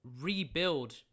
rebuild